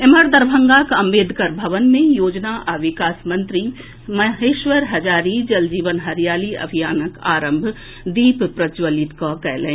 एम्हर दरभंगाक अम्बेदकर भवन मे योजना आ विकास विभाग मंत्री महेश्वर हजारी जल जीवन हरियाली अभियानक आरंभ दीप प्रज्जवलित कऽ कयलनि